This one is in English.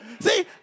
See